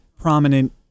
prominent